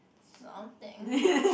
something